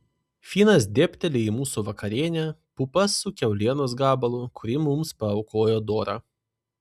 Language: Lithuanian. finas dėbteli į mūsų vakarienę pupas su kiaulienos gabalu kurį mums paaukojo dora